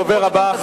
הדוברת הבאה,